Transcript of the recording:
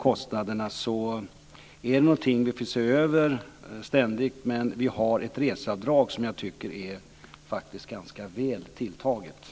Kostnaderna får vi ständigt se över, men vi har ett reseavdrag som jag faktiskt tycker är ganska väl tilltaget.